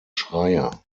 schreyer